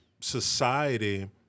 society